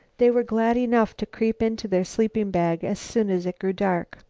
they were glad enough to creep into their sleeping-bag as soon as it grew dark.